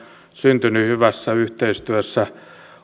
syntynyt hyvässä yhteistyössä